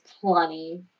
plenty